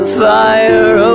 fire